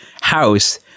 house